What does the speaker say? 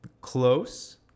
Close